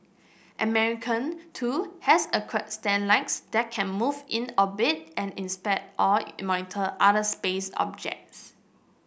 American too has acquired satellites that can move in orbit and inspect or monitor other space objects